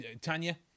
tanya